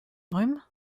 brume